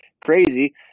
crazy